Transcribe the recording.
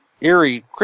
eerie